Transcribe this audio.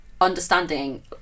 understanding